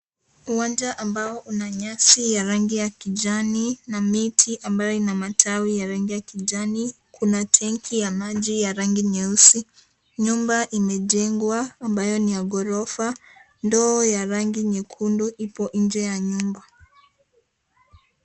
Uwanja ambao una nyasi ya rangi ya kijani na miti ambayo ina majani ya rangi ya kijani, kuna tanki ya maji ya rangi nyeusi nyumba imejengwa ambayo ni ya gorofa, ndoo ya rangi nyekundu ipo nje ya nyumba.